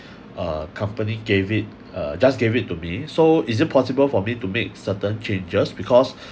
uh company gave it uh just gave it to me so is it possible for me to make certain changes because